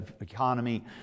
economy